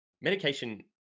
medication